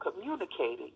communicating